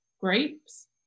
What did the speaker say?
grapes